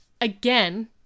again